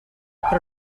però